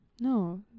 No